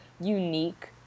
unique